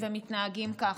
ומתנהגים כך.